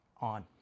on